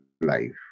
life